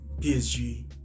PSG